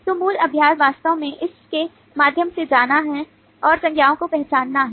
तो मूल अभ्यास वास्तव में इस के माध्यम से जाना है और संज्ञाओं को पहचानना है